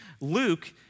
Luke